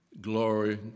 glory